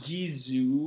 Gizu